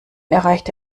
erreichte